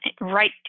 right